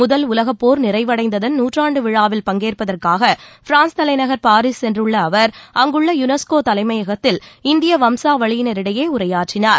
முதல் உலகப்போர் நிறைவடைந்ததன் நூற்றாண்டு விழாவில் பங்கேற்பதற்காக பிரான்ஸ் தலைநகர் பாரீஸ் சென்றுள்ள அவர் அங்குள்ள யுனஸ்கோ தலைமையகத்தில் இந்திய வம்சாவளியினரிடையே உரையாற்றினார்